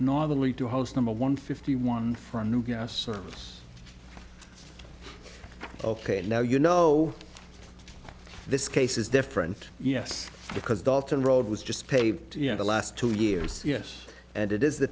normally to host number one fifty one for new gas service ok now you know this case is different yes because dalton road was just paid to you know the last two years yes and it is the